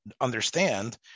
understand